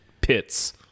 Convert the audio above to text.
pits